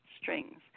strings